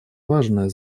важное